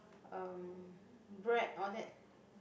um bread all that